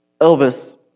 Elvis